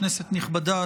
כנסת נכבדה,